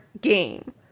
game